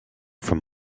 from